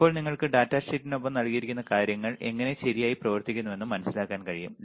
ഇപ്പോൾ നിങ്ങൾക്ക് ഡാറ്റ ഷീറ്റിനൊപ്പം നൽകിയ കാര്യങ്ങൾ എങ്ങനെ ശരിയായി പ്രവർത്തിക്കുന്നുവെന്ന് മനസിലാക്കാൻ കഴിയും